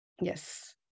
Yes